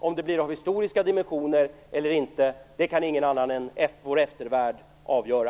Om det blir av historiska dimensioner eller inte kan ingen annan än vår eftervärld avgöra.